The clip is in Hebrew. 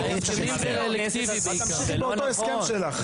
את תמשיכי באותו הסכם שלך.